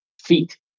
feet